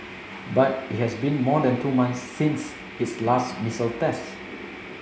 but it has been more than two months since its last missile test